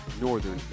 Northern